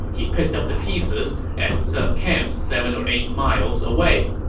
he picked up the pieces and set up camp seven or eight miles away